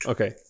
Okay